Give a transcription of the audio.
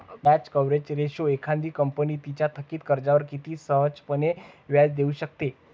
व्याज coverage ratio एखादी company तिच्या थकित कर्जावर किती सहजपणे व्याज देऊ शकते